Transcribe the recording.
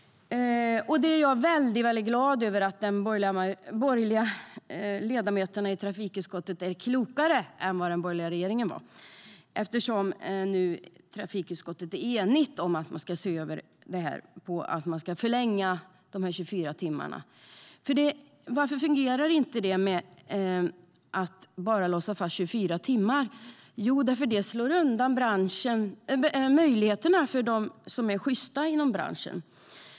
Jag är glad över att de borgerliga ledamöterna i trafikutskottet är klokare än den borgerliga regeringen var. Nu är trafikutskottet nämligen enigt om att förlänga de 24 timmarna. Det fungerar inte att låsa fast i bara 24 timmar eftersom det slår undan möjligheterna för de sjysta i branschen.